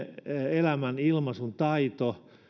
elämän ja ilmaisuntaito